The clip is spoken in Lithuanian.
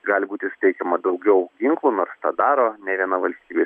gali būti suteikiama daugiau ginklų nors tą daro ne viena valstybė